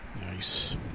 Nice